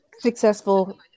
successful